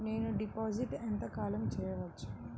నేను డిపాజిట్ ఎంత కాలం చెయ్యవచ్చు?